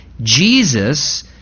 Jesus